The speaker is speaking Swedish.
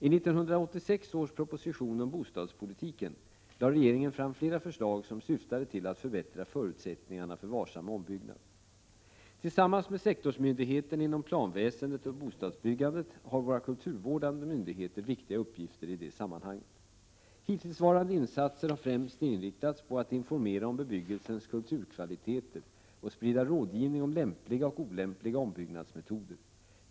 I 1986 års proposition om bostadspolitiken lade regeringen fram flera förslag, som syftade till att förbättra förutsättningarna för varsam ombyggnad. Tillsammans med sektorsmyndigheterna inom planväsendet och bostadsbyggandet har våra kulturvårdande myndigheter viktiga uppgifter i detta sammanhang. Hittillsvarande insatser har främst inriktats på att informera om bebyggelsens kulturkvaliteter och sprida rådgivning om lämpliga och olämpliga ombyggnadsmetoder.